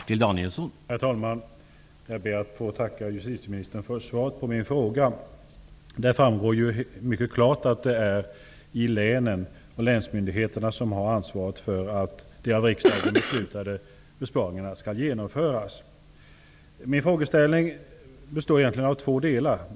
Herr talman! Jag ber att få tacka justitieministern för svaret på min fråga. Av svaret framgår mycket klart att det är länsmyndigheterna som har ansvaret för att de av riksdagen beslutade besparingarna skall genomföras. Min frågeställning består egentligen av två delar.